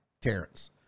Terrence